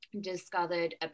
discovered